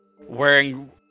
wearing